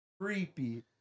creepy